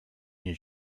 your